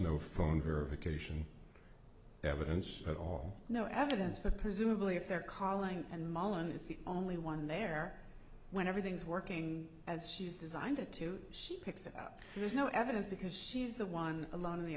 no phone verification evidence at all no evidence but presumably if they're calling and molly is the only one there when everything's working as she's designed it to picks up there's no evidence because she's the one a lot in the